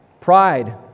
Pride